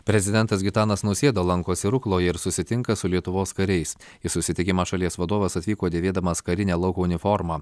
prezidentas gitanas nausėda lankosi rukloje ir susitinka su lietuvos kariais į susitikimą šalies vadovas atvyko dėvėdamas karinę lauko uniformą